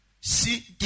See